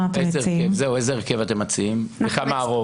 והיו מקרים שבהם דווקא הביעו עמדה